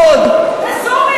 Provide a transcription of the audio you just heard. מאוד, לסוריה.